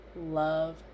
love